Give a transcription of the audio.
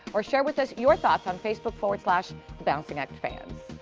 or share with us your thoughts on facebook forward slash thebalancingactfans.